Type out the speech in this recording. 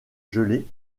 gelée